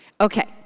Okay